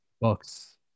books